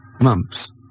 mumps